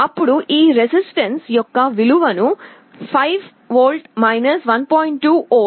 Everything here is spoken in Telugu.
అప్పుడు ఈ రెసిస్టన్స్ యొక్క విలువను 5V 1